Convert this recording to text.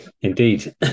Indeed